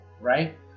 right